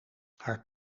haar